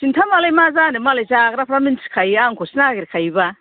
खिन्था मालाय मा जानो मालाय जाग्राफ्रा मोनथिखायो आंखौसो नागिरखायोबा